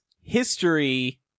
history